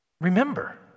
Remember